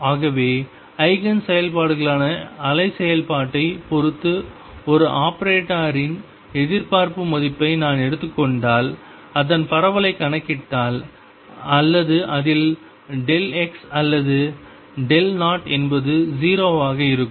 ஆகவே ஐகேன் செயல்பாடுகளான அலை செயல்பாட்டைப் பொறுத்து ஒரு ஆபரேட்டரின் எதிர்பார்ப்பு மதிப்பை நான் எடுத்துக் கொண்டால் அதன் பரவலைக் கணக்கிட்டால் அல்லது அதில் x அல்லது O என்பது 0 ஆக இருக்கும்